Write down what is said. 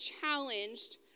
challenged